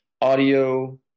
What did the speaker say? audio